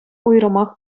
уйрӑмах